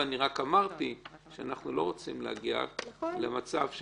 ואני רק אמרתי שאנחנו לא רוצים להגיע למצב -- נכון.